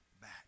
back